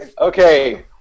okay